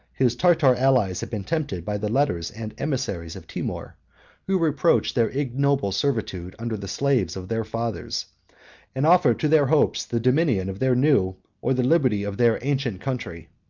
his tartar allies had been tempted by the letters and emissaries of timour who reproached their ignoble servitude under the slaves of their fathers and offered to their hopes the dominion of their new, or the liberty of their ancient, country.